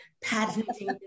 patenting